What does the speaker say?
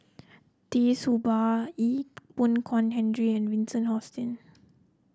Tee Tua Ba Ee Boon Kong Henry and Vincent Hoisington